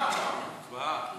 הבעת דעה,